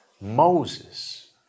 Moses